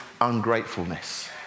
ungratefulness